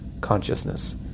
consciousness